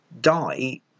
die